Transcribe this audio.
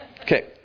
Okay